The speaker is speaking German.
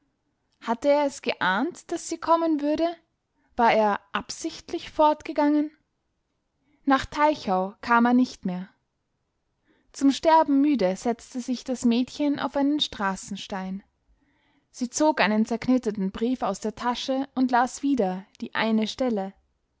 hatte er es geahnt daß sie kommen würde war er absichtlich fortgegangen nach teichau kam er nicht mehr zum sterben müde setzte sich das mädchen auf einen straßenstein sie zog einen zerknitterten brief aus der tasche und las wieder die eine stelle